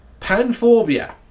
panphobia